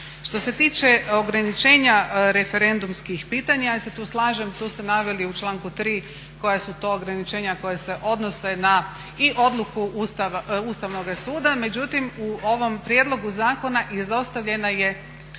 Što se tiče ograničenja referendumskih pitanja, ja se tu slažem, tu ste naveli u članku 3. koja su to ograničenja koja se odnose na i odluku Ustavnoga sada. Međutim, u ovom prijedlogu zakona izostavljena je